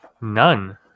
None